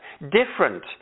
different